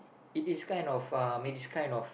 it is kind of uh I mean this kind of